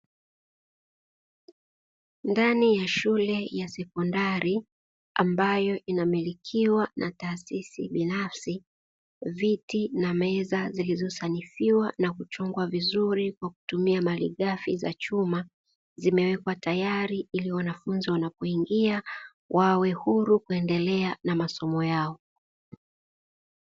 Ndani ya shule ya sekondari ambayo inamilikiwa na taasisi binafsi viti na meza zilizosanifiwa na kuchongwa vizuri kwa kutumia malighafi za chuma, zimewekwa tayari ili wanafunzi wanapoingia wawe huru kuendelea na masomo yao.